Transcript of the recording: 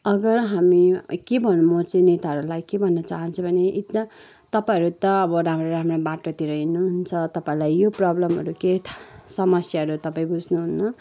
अगर हामी के भनौँ म चाहिँ नेताहरूलाई के भन्न चहान्छु भने इतना तपाईँहरू त अब राम्रो राम्रो बाटोतिर हिँड्नुहुन्छ तपाईँलाई यो प्रब्लमहरू केही थाहा समस्याहरू तपाईँ बुझ्नुहुन्न